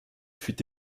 fut